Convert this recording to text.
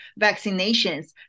vaccinations